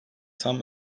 tam